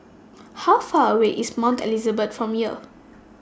How Far away IS Mount Elizabeth from here